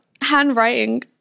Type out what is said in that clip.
handwriting